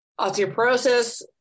Osteoporosis